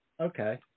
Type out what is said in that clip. Okay